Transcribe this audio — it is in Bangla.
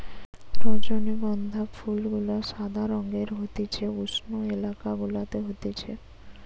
রজনীগন্ধা ফুল গুলা সাদা রঙের হতিছে উষ্ণ এলাকা গুলাতে হতিছে